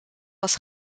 was